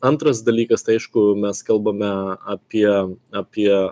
antras dalykas tai aišku mes kalbame apie apie